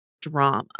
Drama